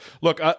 look